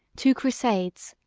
two crusades,